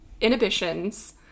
inhibitions